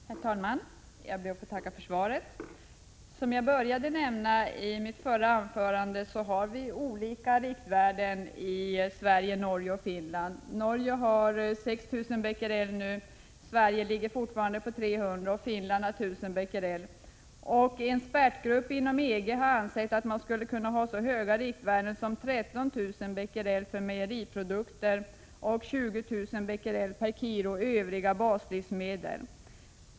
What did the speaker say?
Herr talman! Jag ber att få tacka för svaret. Som jag nämnde i mitt anförande i anslutning till den föregående frågan tillämpar vi olika riktvärden i Sverige, Norge och Finland. Norge har nu gränsvärdet 6 000 Bq, i Sverige ligger det fortfarande på 300, och i Finland är det 1 000 Bq. En expertgrupp inom EG anser att man skulle kunna ha ett så högt riktvärde som 13 000 Bq för mejeriprodukter och 20 000 Bq/kg för övriga baslivsmedel.